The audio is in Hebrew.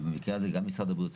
ובמקרה הזה גם משרד הבריאות,